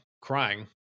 crying